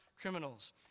criminals